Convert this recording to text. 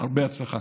הרבה הצלחה.